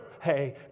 hey